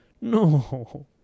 No